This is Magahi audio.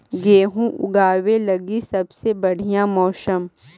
गेहूँ ऊगवे लगी सबसे बढ़िया मौसम?